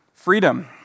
freedom